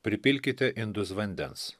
pripilkite indus vandens